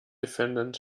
defendant